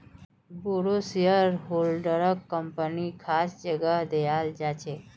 बोरो शेयरहोल्डरक कम्पनीत खास जगह दयाल जा छेक